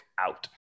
out